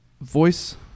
voice